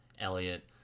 Elliot